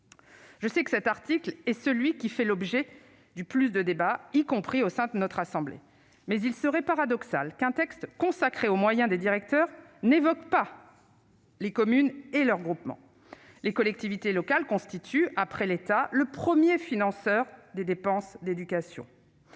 le sais, cet article est celui qui a été le plus débattu, y compris au sein de notre assemblée, mais il serait paradoxal qu'un texte consacré aux moyens des directeurs d'école n'évoque pas les communes et leurs groupements. Les collectivités locales constituent, après l'État, le premier financeur des dépenses d'éducation.